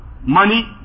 Money